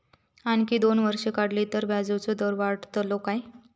आणखी दोन वर्षा वाढली तर व्याजाचो दर वाढतलो काय?